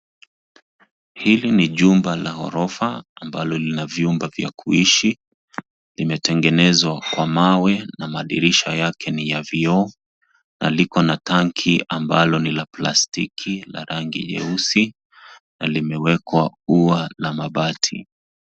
Hili ni jumba la orofa ambalo lina vyumba vya kuishi. Limetengenezwa kwa mawe na madirisha yake ni ya vioo na liko na tanki ambalo ni la plastiki la rangi nyeusi na limewekwa ua la mabati.